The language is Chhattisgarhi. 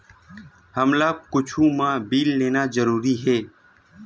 हमला कुछु मा बिल लेना जरूरी हे?